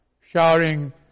showering